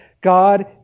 God